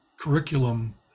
curriculum